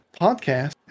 podcast